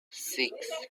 six